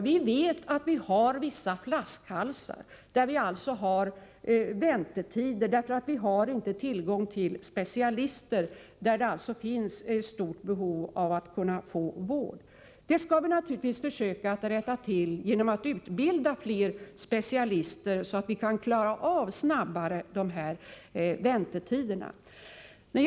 Jag vet att vi har vissa flaskhalsar, där det uppstår väntetider därför att man inte har tillgång till specialister. Detta skall vi naturligtvis försöka komma till rätta med genom att utbilda fler specialister, så att man snabbare kan klara av vårdbehoven och förkorta väntetiderna. Herr talman!